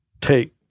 take